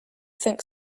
think